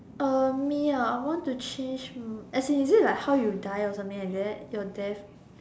uh me ah I want to change um as in is it like how you die or something like that like your death